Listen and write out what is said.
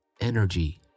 energy